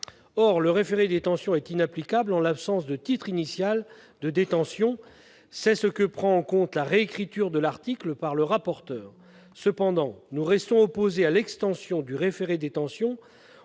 Or le référé-détention est inapplicable en l'absence de titre initial de détention. C'est d'ailleurs ce que prend en compte la réécriture de l'article par la commission. Cependant, nous restons opposés à l'extension du référé-détention